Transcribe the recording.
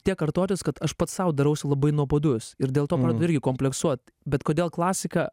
tiek kartotis kad aš pats sau darausi labai nuobodus ir dėl to pradedu irgi kompleksuot bet kodėl klasika